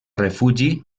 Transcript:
refugi